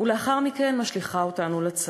ולאחר מכן משליכה אותנו לצד,